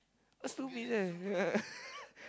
stupid eh